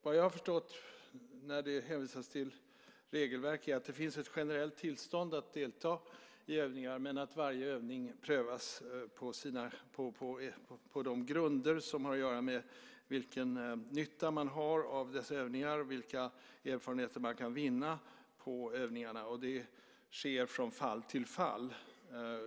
Vad jag har förstått när det hänvisas till regelverk är att det finns ett generellt tillstånd att delta i övningar men att varje övning prövas på de grunder som har att göra med vilken nytta man har av dessa övningar och vilka erfarenheter man kan vinna på övningarna, och det sker från fall till fall.